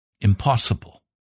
impossible